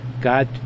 God